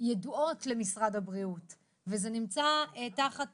ידועות למשרד הבריאות ולאוצר וזה נמצא תחת